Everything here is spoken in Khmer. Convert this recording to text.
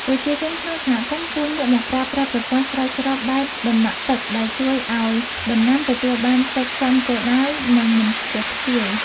ប្រជាជនក្នុងសហគមន៍គួរងាកមកប្រើប្រាស់ប្រព័ន្ធស្រោចស្រពបែបដំណក់ទឹកដែលជួយឱ្យដំណាំទទួលបានទឹកចំគោលដៅ និងមិនខ្ជះខ្ជាយ។